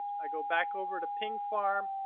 i go back over to ping farm,